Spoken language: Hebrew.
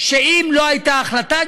שאם לא הייתה החלטה,